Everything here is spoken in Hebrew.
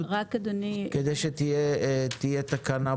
שני שליש תיירים.